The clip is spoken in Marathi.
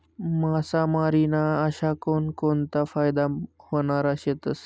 मासामारी ना अशा कोनकोनता फायदा व्हनारा शेतस?